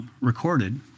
recorded